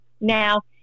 Now